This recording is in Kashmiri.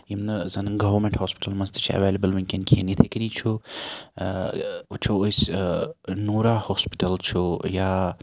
یِم نہٕ سانٮ۪ن گَوَمیٚنٹ ہوسپِٹَلَن مَنٛز تہِ چھِ ایویلیبٕل وٕنکٮ۪ن کِہیٖنۍ یِتھے کنی چھُ وٕچھو أسۍ نوٗرا ہوسپِٹَل چھُ یا